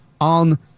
on